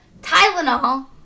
tylenol